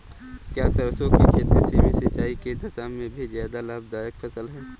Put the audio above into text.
क्या सरसों की खेती सीमित सिंचाई की दशा में भी अधिक लाभदायक फसल है?